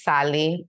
Sally